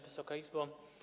Wysoka Izbo!